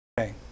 okay